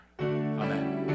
Amen